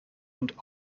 und